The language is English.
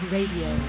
Radio